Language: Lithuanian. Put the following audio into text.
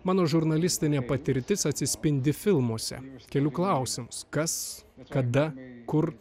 mano žurnalistinė patirtis atsispindi filmuose keliu klausimus kas kada kur